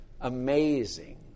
amazing